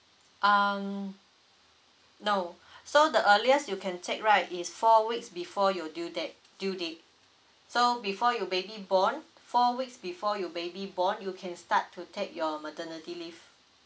um no so the earliest you can take right is four weeks before your due date due date so before your baby born four weeks before your baby born you can start to take your maternity leave